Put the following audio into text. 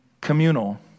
communal